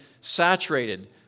saturated